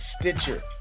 Stitcher